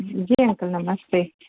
जी uncle नमस्ते